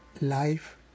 Life